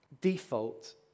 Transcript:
default